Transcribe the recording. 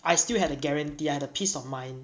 I still had a guarantee I had the peace of mind